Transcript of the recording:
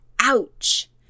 Ouch